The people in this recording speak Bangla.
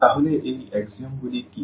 তাহলে এই স্বতঃসিদ্ধগুলি কী